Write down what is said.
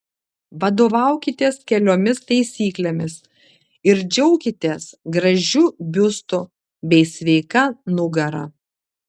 vadovaukitės keliomis taisyklėmis ir džiaukitės gražiu biustu bei sveika nugara